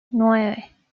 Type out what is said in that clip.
nueve